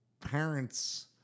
parents